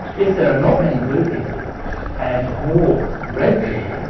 if there are not many blue people and more red people,